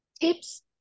tips